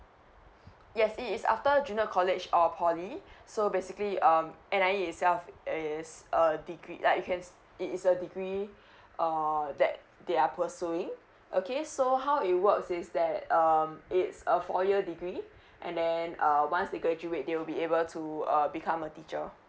yes it is after junior college or poly so basically um N_I_E itself is a degree like you can it is a degree err that they are pursuing okay so how it works is that um it's a four year degree and then uh once they graduate they'll be able to uh become a teacher